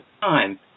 time